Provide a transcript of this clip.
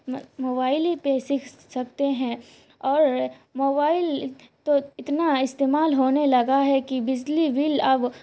موبائلی پہ سیککھ سکتے ہیں اور موبائل تو اتنا استعمال ہونے لگا ہے کہ بجلی بل اب